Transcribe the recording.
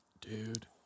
dude